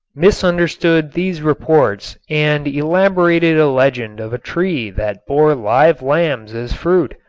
misunderstood these reports and elaborated a legend of a tree that bore live lambs as fruit.